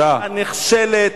הנחשלת,